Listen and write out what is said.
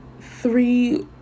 three